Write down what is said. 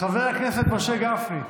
חבר הכנסת משה גפני,